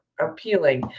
appealing